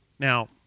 Now